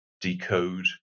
decode